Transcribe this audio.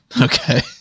Okay